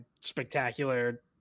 spectacular